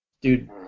dude